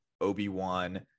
obi-wan